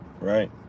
right